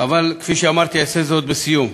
אבל כפי שאמרתי, אעשה זאת בסיום.